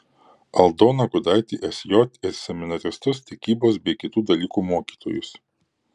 aldoną gudaitį sj ir seminaristus tikybos bei kitų dalykų mokytojus